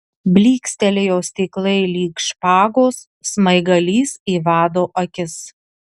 blykstelėjo stiklai lyg špagos smaigalys į vado akis